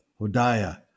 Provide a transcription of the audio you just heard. Hodiah